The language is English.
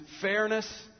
fairness